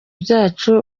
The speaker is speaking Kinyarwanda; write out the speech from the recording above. byacu